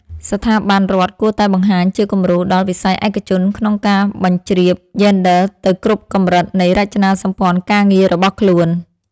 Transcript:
ស្ថាប័នរដ្ឋគួរតែបង្ហាញជាគំរូដល់វិស័យឯកជនក្នុងការបញ្ជ្រាបយេនឌ័រទៅគ្រប់កម្រិតនៃរចនាសម្ព័ន្ធការងាររបស់ខ្លួន។